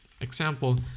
Example